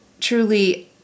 truly